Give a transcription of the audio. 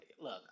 look